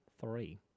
three